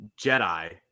Jedi